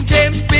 James